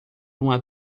uma